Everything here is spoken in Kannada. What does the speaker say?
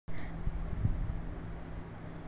ಕೈಗಾಳ್ ಪದ್ಧತಿ ಅಂದ್ರ್ ಏನ್ರಿ ಸರ್?